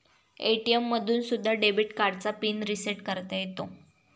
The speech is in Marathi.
ए.टी.एम मधून सुद्धा डेबिट कार्डचा पिन रिसेट करता येतो